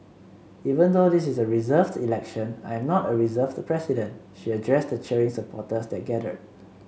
even though this is a reserved election I am not a reserved president she addressed the cheering supporters that gathered